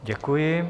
Děkuji.